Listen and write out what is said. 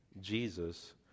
Jesus